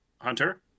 hunter